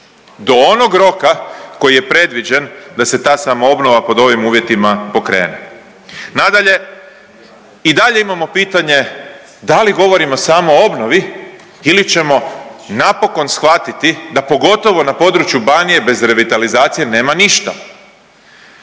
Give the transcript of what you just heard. do onog roka koji je predviđen da se ta samoobnova pod ovim uvjetima pokrene. Nadalje, i dalje imamo pitanje da li govorimo samo o obnovi ili ćemo napokon shvatiti da pogotovo na području Banije bez revitalizacije nema ništa.